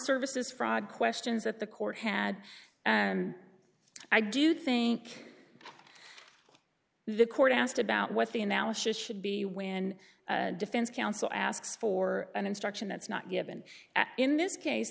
services fraud questions that the court had and i do think the court asked about what the analysis should be when defense counsel asks for an instruction that's not given in this case